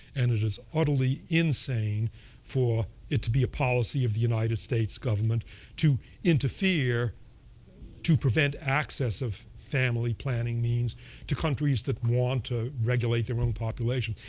and it is utterly insane for it to be a policy of the united states government to interfere to prevent access of family planning means to countries that want to regulate their own population.